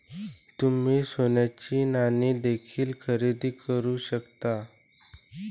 तुम्ही सोन्याची नाणी देखील खरेदी करू शकता